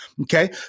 Okay